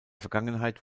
vergangenheit